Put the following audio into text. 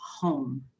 home